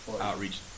outreach